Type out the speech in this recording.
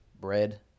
Bread